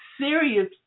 serious